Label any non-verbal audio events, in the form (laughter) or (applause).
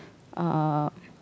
uh (noise)